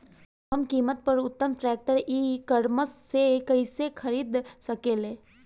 कम कीमत पर उत्तम ट्रैक्टर ई कॉमर्स से कइसे खरीद सकिले?